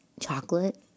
chocolate